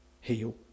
heal